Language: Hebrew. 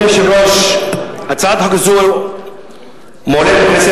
הצבעתי הפוך, אני מבקש